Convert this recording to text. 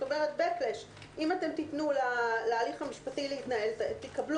כלומר באק-פלאש: אם אתם תיתנו להליך המשפטי להתנהל תקבלו